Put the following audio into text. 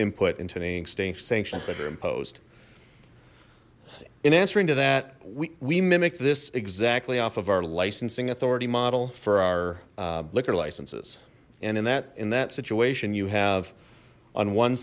extinct sanctions that were imposed in answering to that we mimicked this exactly off of our licensing authority model for our liquor licenses and in that in that situation you have on one